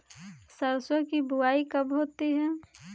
सरसों की बुआई कब होती है?